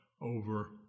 over